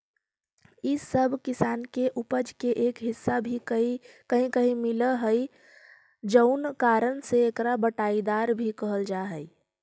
इ सब किसान के उपज के एक हिस्सा भी कहीं कहीं मिलऽ हइ जउन कारण से एकरा बँटाईदार भी कहल जा हइ